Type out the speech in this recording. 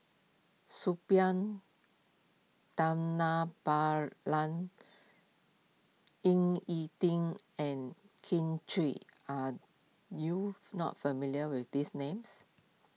Suppiah Dhanabalan Ying E Ding and Kin Chui are you not familiar with these names